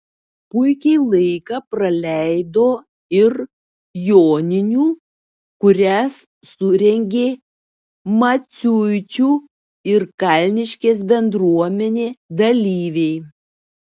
puikiai laiką praleido ir joninių kurias surengė maciuičių ir kalniškės bendruomenė dalyviai